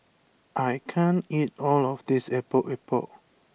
I can't eat all of this Epok Epok